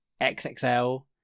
xxl